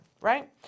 right